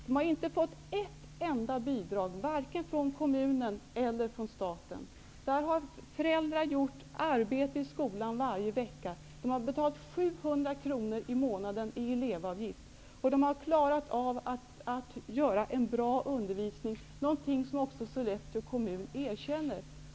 Man har inte fått ett enda bidrag vare sig från kommunen eller staten. Föräldrar har arbetat i skolan varje vecka. De har betalt 700 kr i elevavgift. Man har klarat av att ge en bra undervisning, någonting som också Sollefteå kommun erkänner.